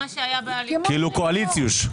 כאילו קואליציוש.